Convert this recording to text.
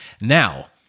Now